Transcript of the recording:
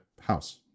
house